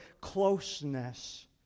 closeness